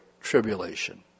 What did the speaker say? tribulation